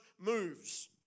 moves